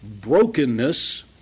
brokenness